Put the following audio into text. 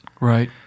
Right